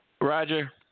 Roger